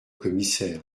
commissaire